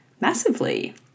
massively